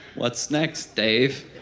what's next, dave?